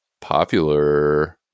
popular